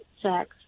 sex